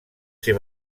ser